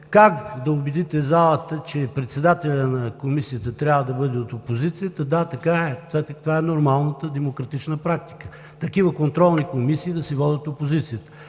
как да убедите залата, че председателят на Комисията трябва да бъде от опозицията. Да, така е. Това е нормалната демократична практика – такива контролни комисии да се водят от опозицията.